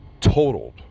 totaled